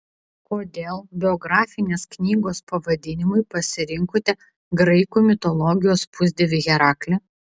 kodėl biografinės knygos pavadinimui pasirinkote graikų mitologijos pusdievį heraklį